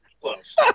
close